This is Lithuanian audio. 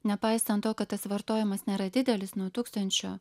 nepaisant to kad tas vartojimas nėra didelis nuo tūkstančio